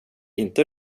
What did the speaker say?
inte